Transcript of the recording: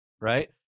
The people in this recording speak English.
right